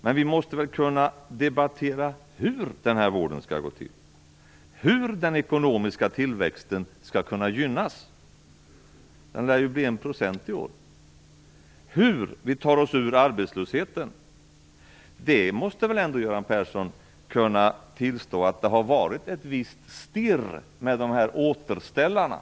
Men vi måste väl kunna debattera hur den vården skall gå till, hur den ekonomiska tillväxten kan gynnas - den lär bli 1 % i år - och hur vi tar oss ur arbetslösheten. Göran Persson måste väl ändå kunna tillstå att det har varit ett visst "stirr" med återställarna.